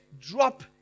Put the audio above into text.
drop